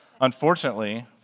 Unfortunately